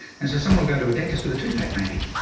and so someone will go to a dentist with a tooth ache maybe,